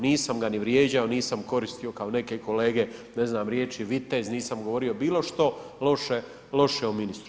Nisam ga ni vrijeđao, nisam koristio kao neke kolege ne znam riječi vitez, nisam govorio bilo što loše o ministru.